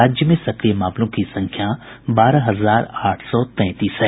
राज्य में सक्रिय मामलों की संख्या बारह हजार आठ सौ तैंतीस है